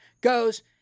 goes –